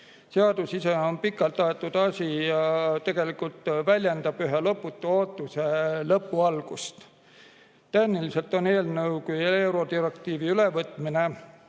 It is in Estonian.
Seadus ise on pikalt aetud asi ja tegelikult väljendab ühe lõputu ootuse lõpu algust. Tehniliselt on eelnõu küll eurodirektiivi ülevõtmine